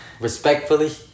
respectfully